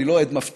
אני לא עד מפתח,